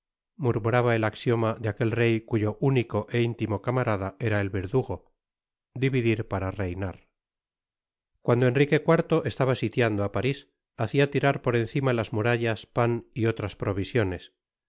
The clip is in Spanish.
murmuraba el axioma de aquel rey cuyo único é intimo camarada era el verdugo dividir para reinar cuando enrique iv estaba sitiando á paris hacia tirar por encima las murallas pan y otras provisiones